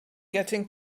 getting